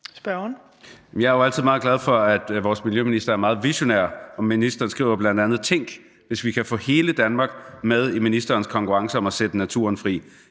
Jeg er jo altid meget glad for, at vores miljøminister er meget visionær. Og ministeren skriver bl.a.: Tænk, hvis vi kan få hele Danmark med i ministerens konkurrence om at sætte naturen fri.